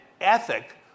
ethic